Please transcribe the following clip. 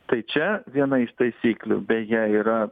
tai čia viena iš taisyklių beje yra